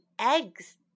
eggs